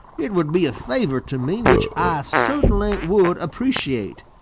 it would be a favor to me which ah cert'nly would appreciate,